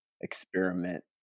experiment